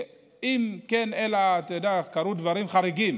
אלא אם כן, את יודעת, קרו דברים חריגים